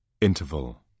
Interval